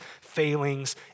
failings